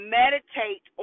meditate